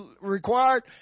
required